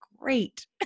great